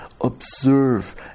observe